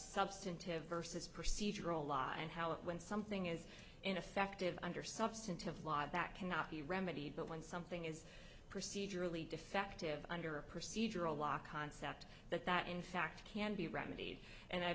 substantive versus procedural law and how it when something is ineffective under substantive law that cannot be remedied but when something is procedurally defective under a procedural law concept that that in fact can be remedied and i